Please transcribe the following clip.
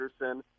Anderson